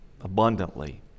Abundantly